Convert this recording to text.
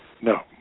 no